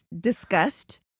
discussed